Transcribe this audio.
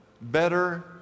better